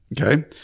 Okay